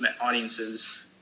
audiences